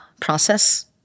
process